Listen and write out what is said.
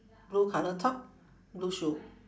blue colour top blue shoe